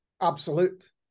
absolute